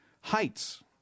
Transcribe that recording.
Heights